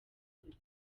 gute